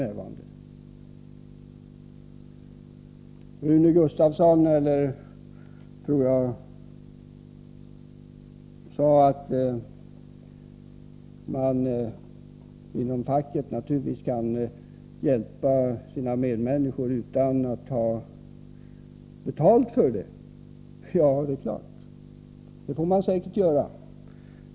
Jag tror att det var Rune Gustavsson som sade att man inom facket naturligtvis kan hjälpa sina medmänniskor utan att ta betalt för det. Ja, det är klart. Det får man säkert göra.